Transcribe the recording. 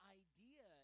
idea